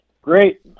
Great